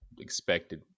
expected